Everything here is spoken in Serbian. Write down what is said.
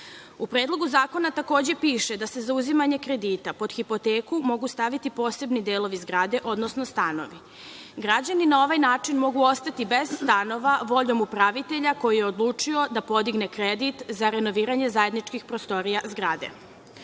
U Predlogu zakona takođe piše da se za uzimanje kredita pod hipoteku mogu staviti posebni delovi zgrade, odnosno stana. Građani na ovaj način mogu ostati bez stanova voljom upravitelja koji je odlučio da podigne kredit za renoviranje zajedničkih prostorija